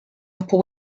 upper